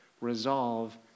Resolve